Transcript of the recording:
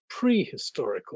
prehistorical